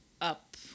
up